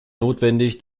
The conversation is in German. notwendig